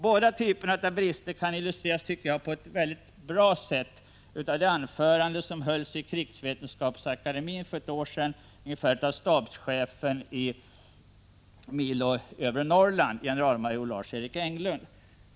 Båda typerna av brister illustrerades utmärkt i ett anförande som hölls i fjol i krigsvetenskapsakademin av stabschefen i Milo ÖN, generalmajor Lars Erik Englund.